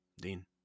Dean